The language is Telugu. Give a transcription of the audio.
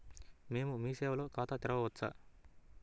మేము మీ సేవలో ఖాతా తెరవవచ్చా?